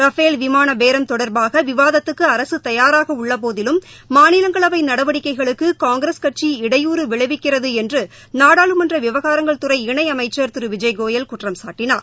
Rafale விமானபேரம் தொடர்பாகவிவாதத்துக்குஅரசுதயாராகஉள்ளபோதிலும் மாநிலங்களவைநடவடிக்கைகளுக்குகாங்கிரஸ் கட்சி இடையூற விளைவிக்கிறதுஎன்றுநாடாளுமன்றவிவகாரங்கள் இணைச்சர் கோயல் துறை திருவிஜய் குற்றம்சாட்டினார்